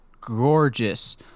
gorgeous